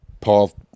Paul